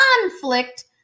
conflict